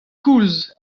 koulz